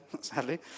sadly